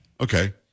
Okay